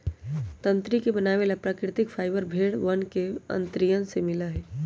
तंत्री के बनावे वाला प्राकृतिक फाइबर भेड़ वन के अंतड़ियन से मिला हई